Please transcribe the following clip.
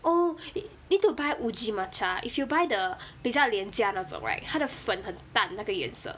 oh need to buy uji matcha if you buy the 比较廉价那种 right 它的粉很淡那个颜色